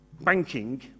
banking